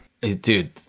Dude